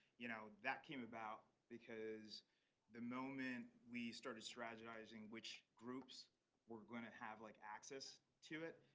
you know, that came about because the moment we started strategizing which groups were going to have like access to it,